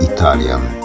Italian